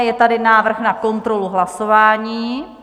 Je tady návrh na kontrolu hlasování.